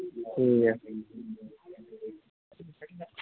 ठीक ऐ